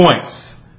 points